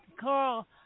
Carl